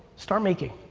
start making.